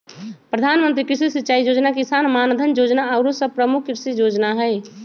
प्रधानमंत्री कृषि सिंचाई जोजना, किसान मानधन जोजना आउरो सभ प्रमुख कृषि जोजना हइ